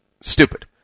Stupid